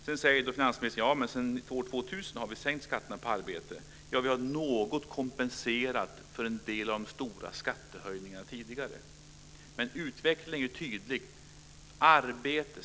Sedan säger finansministern att vi har sänkt skatterna på arbete sedan år 2000. Ja, vi har kompenserat något för en del av de stora skattehöjningarna tidigare. Utvecklingen är tydlig.